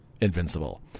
Invincible